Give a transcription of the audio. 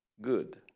good